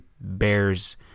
bears